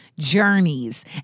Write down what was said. journeys